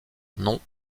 noms